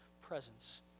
presence